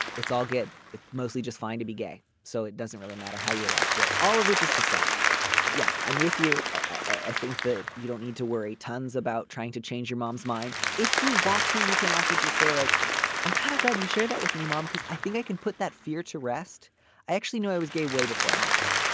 it's all good. it's mostly just fine to be gay so it doesn't really matter how you arrive to it all of which is to say yeah i'm with you. i think that you don't need to worry tons about trying to change your mom's mind if you want to you can also just say like i'm kind of glad you share that with me mom because i think i can put that fear to rest i actually know i was gay way before i met her.